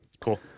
Cool